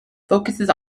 focuses